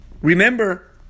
Remember